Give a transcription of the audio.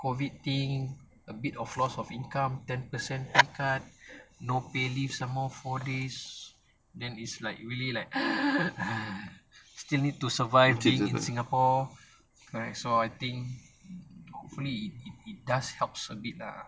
COVID thing a bit of loss of income ten percent pay cut no pay leave some more for days then it's like really like still need to survive being in singapore correct so I think hopefully it it it does helps a bit lah